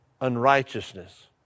unrighteousness